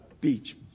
beach